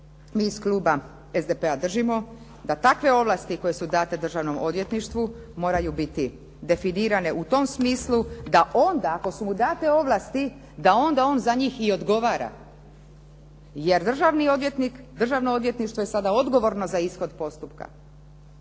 mi iz kluba SDP-a držimo da takve ovlasti koje su date državnom odvjetništvu moraju biti definirane u tom smislu da onda ako su mu date ovlasti da onda on za njih i odgovara jer državni odvjetnik, državno odvjetništvo je sada odgovorno za ishod postupka,